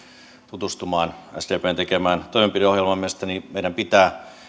tutustumaan sdpn tekemään toimenpideohjelmaan mielestäni meidän pitää